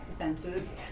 fences